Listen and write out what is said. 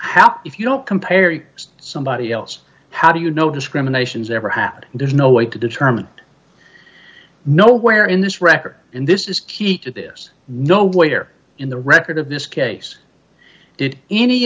help if you don't compare somebody else how do you know discriminations ever had and there's no way to determine nowhere in this record in this is key to this no waiter in the record of this case did any